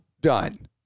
done